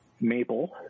maple